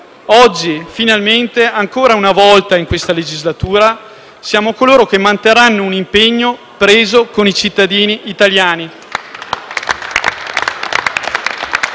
Oggi, finalmente, ancora una volta in questa legislatura, siamo coloro che manterranno un impegno preso con i cittadini italiani.